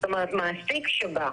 זאת אומרת, מעסיק שבא,